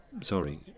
sorry